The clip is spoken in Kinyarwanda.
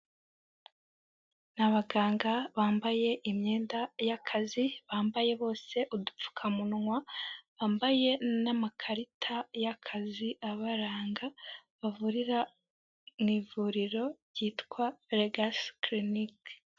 Ni abaganga bambaye imyenda y'akazi, bambaye bose udupfukamunwa, bambaye n'amakarita y'akazi abaranga bavurira mu ivuriro ryitwa Legacy Clinic.